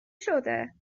شده